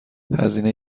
هزینه